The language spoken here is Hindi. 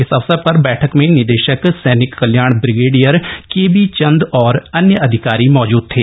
इस अवसर पर बैठक में निदेशक सैनिक कल्याण ब्रिगेडियर के बी चंद और अन्य अधिकारी मौजूद थे